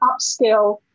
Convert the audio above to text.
upskill